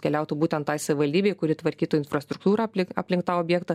keliautų būtent tai savivaldybei kuri tvarkytų infrastruktūrą aplink aplink tą objektą